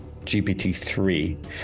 GPT-3